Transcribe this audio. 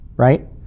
right